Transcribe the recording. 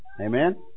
Amen